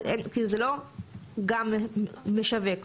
כאילו, זה לא גם משווק.